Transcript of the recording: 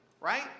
Right